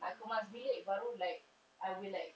nak kemas bilik baru like I will like